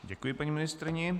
Děkuji paní ministryni.